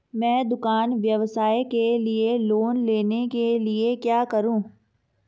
मैं दुकान व्यवसाय के लिए लोंन लेने के लिए क्या करूं?